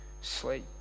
sleep